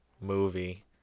movie